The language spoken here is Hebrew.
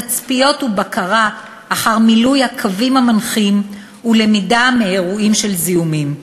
תצפיות ובקרה אחר מילוי הקווים המנחים ולמידה מאירועים של זיהומים.